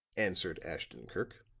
answered ashton-kirk.